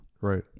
right